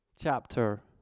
chapter